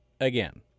again